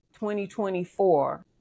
2024